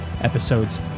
episode's